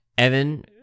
Evan